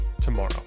tomorrow